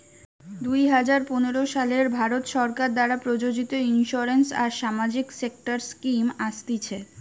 দুই হাজার পনের সালে ভারত সরকার দ্বারা প্রযোজিত ইন্সুরেন্স আর সামাজিক সেক্টর স্কিম আসতিছে